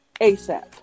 ASAP